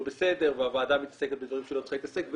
בסדר והוועדה מתעסקת בדברים שהיא לא צריכה להתעסק,